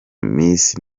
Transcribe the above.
miss